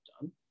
done